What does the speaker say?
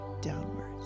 downwards